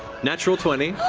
natural twenty.